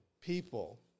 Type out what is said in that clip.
people